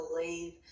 believe